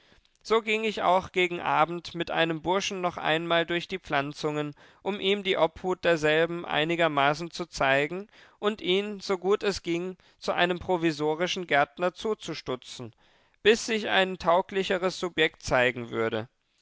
so ging ich auch gegen abend mit einem burschen noch einmal durch die pflanzungen um ihm die obhut derselben einigermaßen zu zeigen und ihn so gut es ging zu einem provisorischen gärtner zuzustutzen bis sich ein tauglicheres subjekt zeigen würde